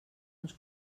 ens